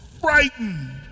frightened